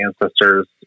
ancestors